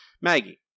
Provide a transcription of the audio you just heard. Maggie